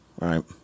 Right